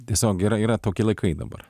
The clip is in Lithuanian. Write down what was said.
tiesiog yra yra tokie laikai dabar